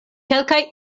kelkaj